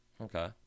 Okay